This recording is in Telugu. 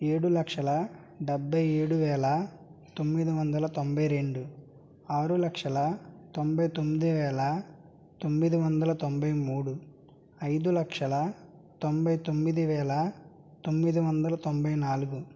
ఏడు లక్షల డెబ్భై ఏడు వేల తొమ్మిది వందల తొంభై రెండు ఆరు లక్షల తొంభై తొమ్మిది వేల తొమ్మిది వందల తొంభై మూడు ఐదు లక్షల తొంభై తొమ్మిది వేల తొమ్మిది వందల తొంభై నాలుగు